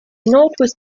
northwest